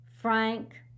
Frank